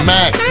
Max